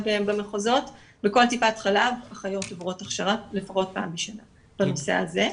במחוזות בכל טיפת חלב אחיות עוברות הכשרה לפחות פעם בשנה בנושא הזה.